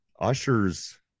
Usher's